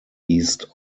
east